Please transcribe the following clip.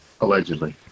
allegedly